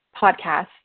podcast